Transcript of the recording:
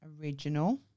Original